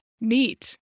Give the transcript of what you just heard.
neat